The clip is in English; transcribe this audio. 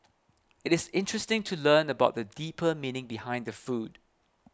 it is interesting to learn about the deeper meaning behind the food